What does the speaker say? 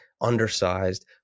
undersized